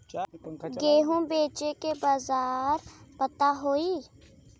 गेहूँ बेचे के बाजार पता होई?